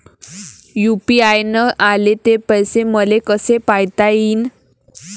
UPI न आले ते पैसे मले कसे पायता येईन?